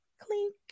clink